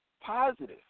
positive